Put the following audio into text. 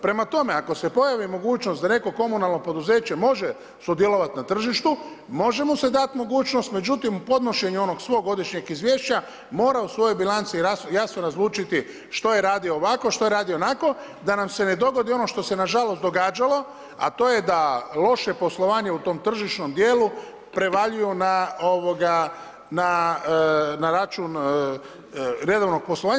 Prema tome, ako se pojavi mogućnost da neko komunalno poduzeće može sudjelovati na tržištu, može mu se dati mogućnost, međutim u podnošenju onog svog godišnjeg izvješća mora u svojoj bilanci jasno razlučiti što je radio ovako što je radio onako da nam se ne dogodi ono što se nažalost događalo, a to je da loše poslovanje u tom tržišnom dijelu prevaljuju na račun redovnog poslovanja.